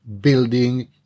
building